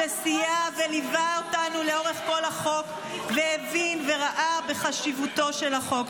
שסייע וליווה אותנו לאורך כל החוק והבין וראה את חשיבותו של החוק.